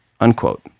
unquote